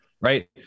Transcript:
Right